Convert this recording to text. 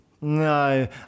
No